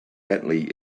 bentley